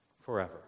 forever